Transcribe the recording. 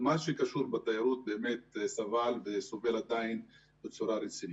מה שקשור בתיירות סבל וסובל עדיין בצורה רצינית.